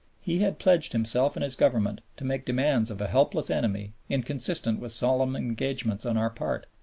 he had pledged himself and his government to make demands of a helpless enemy inconsistent with solemn engagements on our part,